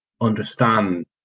understand